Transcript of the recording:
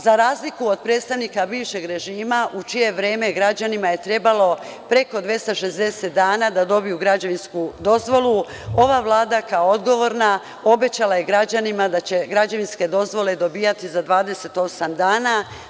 Za razliku od predstavnika bivšeg režima u čije vreme je građanima trebalo preko 260 dana da dobiju građevinsku dozvolu, ova Vlada kao odgovorna je obećala građanima da će građevinske dozvole dobijati za 28 dana.